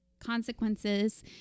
consequences